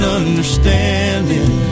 understanding